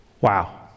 Wow